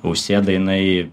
užsėda jinai